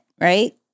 Right